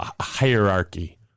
hierarchy